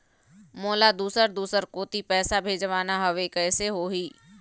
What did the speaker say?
मोला दुसर दूसर कोती पैसा भेजवाना हवे, कइसे होही?